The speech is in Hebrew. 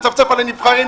לצפצף על הנבחרים,